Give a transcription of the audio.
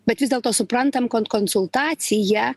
bet vis dėlto suprantam kon konsultacija